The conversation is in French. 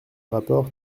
rapport